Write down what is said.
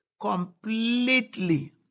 completely